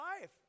life